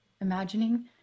imagining